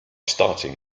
starting